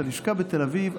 את הלשכה בתל אביב,